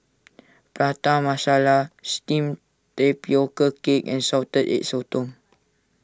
Prata Masala Steamed Tapioca Cake and Salted Egg Sotong